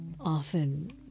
often